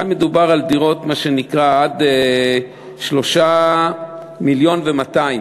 כאן מדובר על דירות עד 3.2 מיליון,